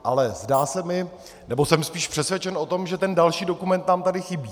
Ale zdá se mi, nebo jsem spíš přesvědčen o tom, že ten další dokument nám tady chybí.